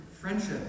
friendship